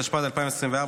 התשפ"ד 2024,